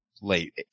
late